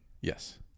Yes